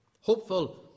Hopeful